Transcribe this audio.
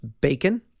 bacon